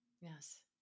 yes